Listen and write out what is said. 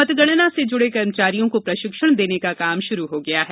मतगणना से जुड़े कर्मचारियों को प्रशिक्षण देने का काम शुरू हो गया है